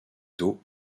tôt